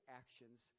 actions